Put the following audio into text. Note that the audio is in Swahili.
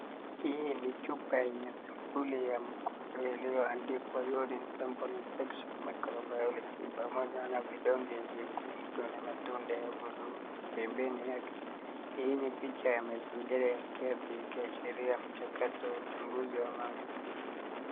Hii ni chupa yenye sampuli ya mkojo yaliyoandikwa urine sample infection microbiology pamoja na vidonge vya yenye matone ya buluu pembeni yake. Hii ni picha ya mazingira ya kiafya yakiashiria mchakato wa uchunguzi wa maaambukizi.